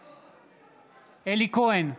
בעד אלי כהן,